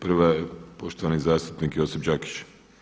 Prva je poštovani zastupnik Josip Đakić.